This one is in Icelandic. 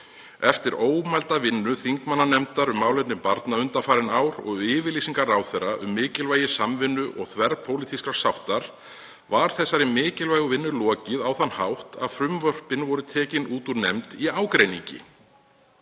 „Eftir ómælda vinnu þingmannanefndar um málefni barna undanfarin ár og yfirlýsingar ráðherra um mikilvægi samvinnu og þverpólitískrar sáttar var þessari mikilvægu vinnu lokið á þann hátt að frumvörpin voru tekin út úr nefndinni í ágreiningi